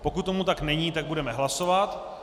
Pokud tomu tak není, tak budeme hlasovat.